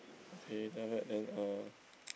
okay then after that then uh